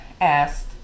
asked